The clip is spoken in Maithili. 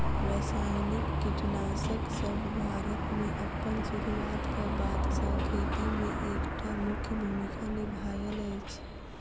रासायनिक कीटनासकसब भारत मे अप्पन सुरुआत क बाद सँ खेती मे एक टा मुख्य भूमिका निभायल अछि